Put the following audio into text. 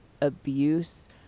abuse